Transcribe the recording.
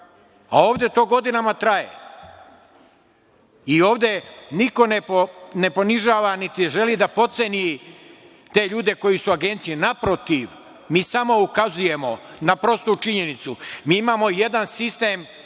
a ovde to godinama traje i ovde niko ne ponižava, niti želi da potceni te ljude koji su u agenciji. Naprotiv, mi samo ukazujemo na prostu činjenicu. Mi imamo jedan sistem